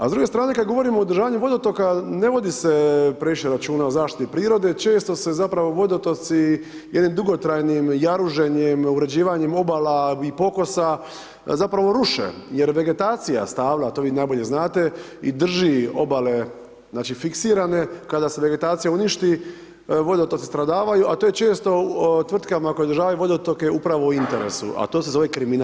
A s druge strane kad govorimo o održavanju vodotoka, ne vodi se previše računa o zaštiti prirode, često se zapravo vodotoci ili dugotrajni, jaružen je neograđivanjem obala i pokosa zapravo ruše jer je vegetacija stala, to vi najbolje znate i drži obale znači fiksirane kada se vegetacija uništi, vodotoci stradavaju a to je često u tvrtkama koje održavaju vodotoke upravo u interesu a to se zove kriminal.